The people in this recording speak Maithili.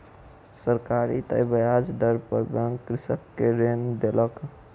सरकारी तय ब्याज दर पर बैंक कृषक के ऋण देलक